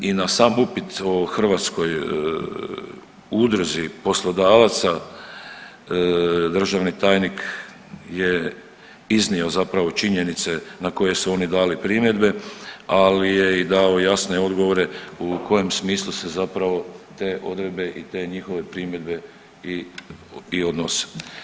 I na sam upit o Hrvatskoj udruzi poslodavaca, državni tajnik je iznio zapravo činjenice na koje su oni dali primjedbe, ali je i dao jasne odgovore u kojem smislu se zapravo te odredbe i te njihove primjedbe i odnose.